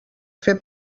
fer